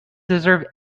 deserve